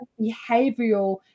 behavioral